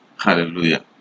Hallelujah